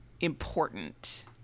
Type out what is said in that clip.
important